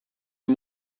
een